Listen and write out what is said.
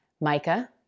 Micah